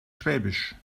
schwäbisch